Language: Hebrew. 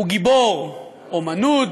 הוא גיבור אמנות,